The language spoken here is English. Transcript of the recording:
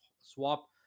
Swap